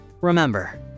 Remember